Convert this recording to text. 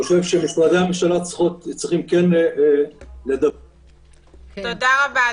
אני כן חושב שמשרדי הממשלה כן צריכים --- תודה רבה,